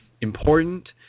important